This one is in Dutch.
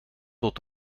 tot